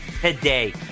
Today